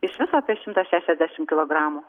iš viso apie šimtą šešiasdešimt kilogramų